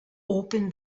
open